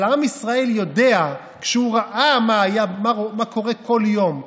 אבל עם ישראל יודע כשהוא רואה מה קורה כל יום.